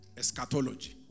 eschatology